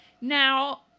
Now